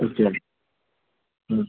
okay